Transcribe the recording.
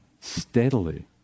steadily